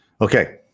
Okay